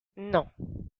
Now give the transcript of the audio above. non